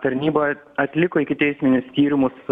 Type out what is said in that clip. tarnyba atliko ikiteisminius tyrimus